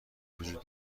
وجود